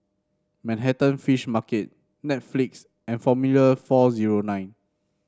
Manhattan Fish Market Netflix and Formula four zero nine